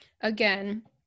again